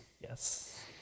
Yes